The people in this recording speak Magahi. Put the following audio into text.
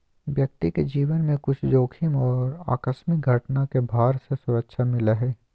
व्यक्ति के जीवन में कुछ जोखिम और आकस्मिक घटना के भार से सुरक्षा मिलय हइ